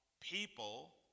people